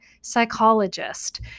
psychologist